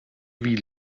wie